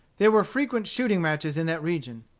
there were frequent shooting-matches in that region.